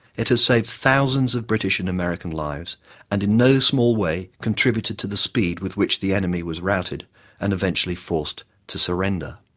it has saved thousands of british and american lives and, in no small way, contributed to the speed with which the enemy was routed and eventually forced to surrender.